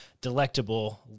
delectable